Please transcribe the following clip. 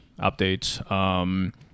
updates